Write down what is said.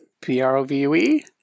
P-R-O-V-U-E